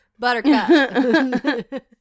Buttercup